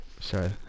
sorry